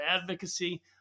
advocacy